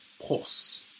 pause